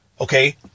Okay